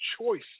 choice